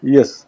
Yes